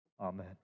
Amen